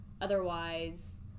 otherwise